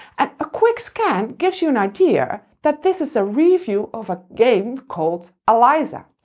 and a quick scan gives you an idea that this is a review of a game called eliza.